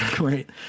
Right